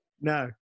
no